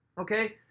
Okay